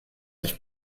dich